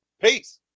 Peace